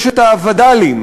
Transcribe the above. יש וד"לים, יש ות"ל, הוזכרו